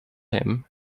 him